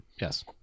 Yes